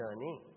journey